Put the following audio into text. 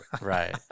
Right